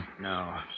No